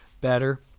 better